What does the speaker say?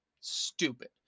stupid